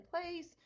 place